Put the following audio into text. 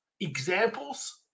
examples